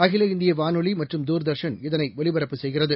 அகில இந்தியவானொலிமற்றும் தூர்தர்ஷன் இதனைஒலிபரப்பு செய்கிறது